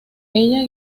ella